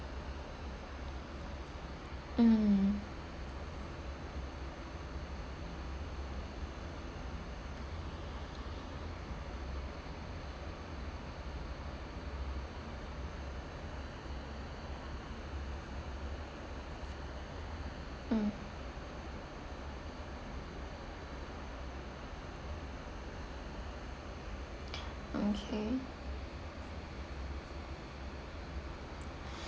mm okay